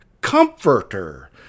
comforter